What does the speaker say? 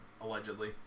allegedly